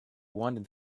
wanted